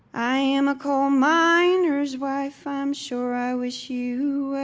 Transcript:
i am a coal miner's wife, ah i'm sure i wish you